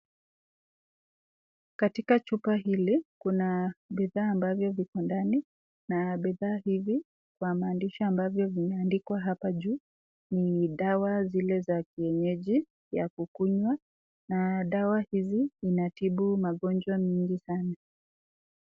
Katika chupa hili, kuna bidhaa ambavyo viko ndani na bidhaa hivi, kwa maandishi ambavyo yameandikwa hapa juu, ni dawa zile za kienyeji ya kukunywa. Na dawa hizi inatibu magonjwa mingi sana.